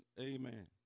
Amen